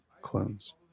Clones